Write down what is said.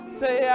say